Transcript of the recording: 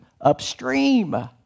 upstream